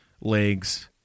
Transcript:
legs